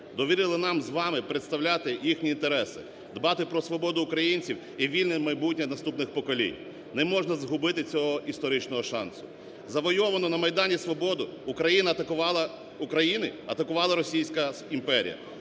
Довірили нам з вами представляти їхні інтереси, дбати про свободу українців і вільне майбутнє наступних поколінь. Не можна загубити цього історичного шансу. Завойовану на Майдані свободу України атакувала російська імперія.